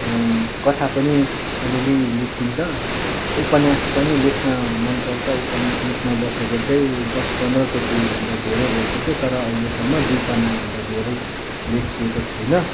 कथा पनि अलिअलि लेखिन्छ उपन्यास चाहिँ लेख्न मनपर्छ उपन्यास लेख्न बसेको चाहिँ दस पन्ध्रचोटि भन्दा धेरै भइसक्यो तर अहिलेसम्म दुई पन्नाभन्दा धेरै लेखिएको छैन